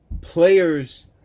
players